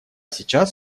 сейчас